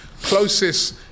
Closest